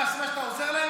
שאתה עוזר להם?